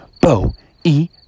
Bo-E